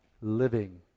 living